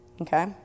Okay